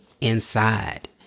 inside